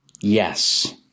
Yes